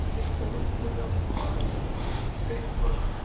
they can look me ah on facebook.